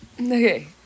Okay